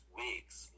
weeks